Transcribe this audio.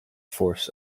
forced